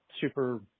super